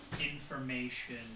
information